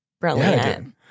brilliant